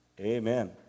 Amen